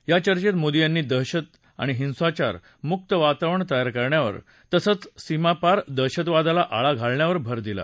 या चर्चेत मोदी यांनी दहशत आणि हिंसाचार मुक्त वातावरण तयार करण्यावर तसंच सीमापार दहशतवादाला आळा घालण्यावर भर दिला